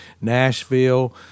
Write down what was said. Nashville